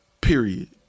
Period